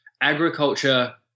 agriculture